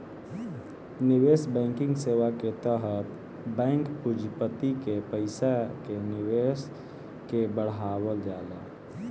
निवेश बैंकिंग सेवा के तहत बैंक पूँजीपति के पईसा के निवेश के बढ़ावल जाला